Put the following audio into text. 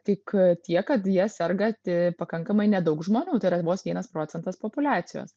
tik tiek kad ja serga pakankamai nedaug žmonių tai yra vos vienas procentas populiacijos